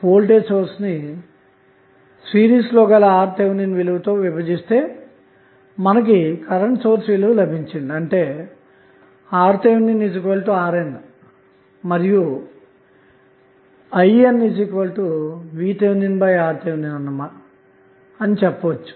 voltage source ని series లో గల RTh విలువ తో విభజిస్తే మనకు కరెంటు సోర్స్ విలువ లభించింది అంటే RThRN మరియు INVThRTh అని చెప్పవచ్చు